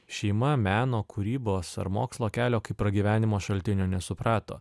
šeima meno kūrybos ar mokslo kelio kaip pragyvenimo šaltinio nesuprato